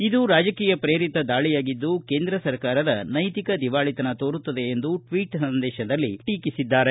ಇದು ರಾಜಕೀಯ ಪ್ರೇರಿತ ದಾಳಿಯಾಗಿದ್ದು ಕೇಂದ್ರ ಸರ್ಕಾರದ ನೈತಿಕ ದಿವಾಳಿತನ ತೋರುತ್ತದೆ ಎಂದು ಟ್ವೀಟ್ ಸಂದೇಶದಲ್ಲಿ ಟೀಕಿಸಿದ್ದಾರೆ